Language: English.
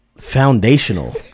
foundational